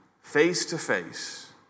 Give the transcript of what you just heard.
face-to-face